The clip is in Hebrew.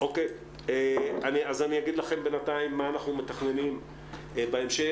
אני אגיד לכם בינתיים מה אנחנו מתכננים בהמשך.